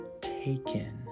taken